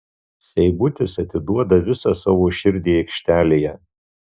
seibutis atiduoda visą savo širdį aikštelėje